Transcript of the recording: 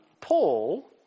Paul